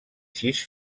sis